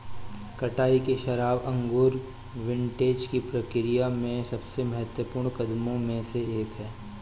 कटाई की शराब अंगूर विंटेज की प्रक्रिया में सबसे महत्वपूर्ण कदमों में से एक है